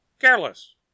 careless